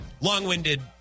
Long-winded